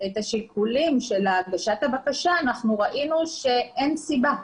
את השיקולים בעת הגשת הבקשה וראינו שאין סיבה.